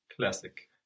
Classic